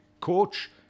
coach